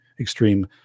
extreme